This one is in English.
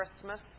Christmas